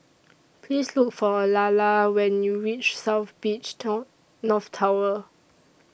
Please Look For Lalla when YOU REACH South Beach Town North Tower